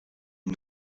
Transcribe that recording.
une